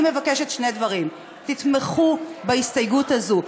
אני מבקשת שני דברים: תתמכו בהסתייגות הזאת.